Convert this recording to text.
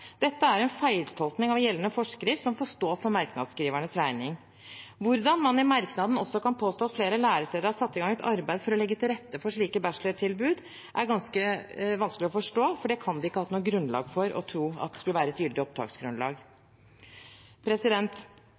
Dette er en feiltolkning av gjeldende forskrift som får stå for merknadsskrivernes regning. Hvordan man i merknaden også kan påstå at flere læresteder har satt i gang et arbeid for å legge til rette for slike bachelortilbud, er ganske vanskelig å forstå, for det kan de ikke hatt noe grunnlag for å tro skulle være et gyldig